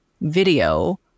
video